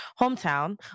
hometown